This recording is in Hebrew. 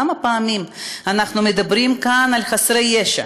כמה פעמים אנחנו מדברים כאן על חסרי ישע?